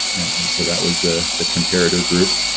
and and so that was the the comparator group.